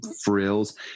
frills